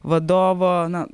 vadovo na